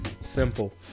Simple